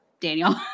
daniel